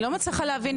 אני לא מצליחה להבין,